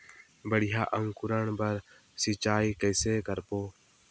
बढ़िया अंकुरण बर सिंचाई कइसे करबो?